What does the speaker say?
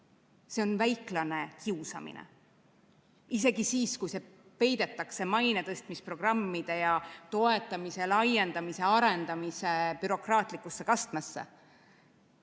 See on väiklane kiusamine isegi siis, kui see peidetakse maine tõstmise programmide ja toetamise, laiendamise, arendamise bürokraatlikusse kastmesse.